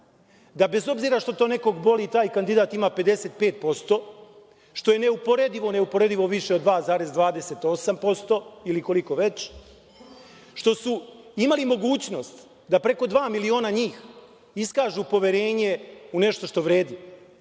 da bez obzira što to nekog boli, taj kandidat ima 55%, što je neuporedivo, neuporedivo više od 2,28% ili koliko već, što su imali mogućnost da preko dva miliona njih iskažu poverenje u nešto što vredi.